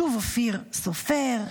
שוב אופיר סופר.